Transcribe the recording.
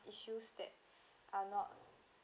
issues that are not